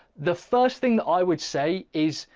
the first thing that i would say is,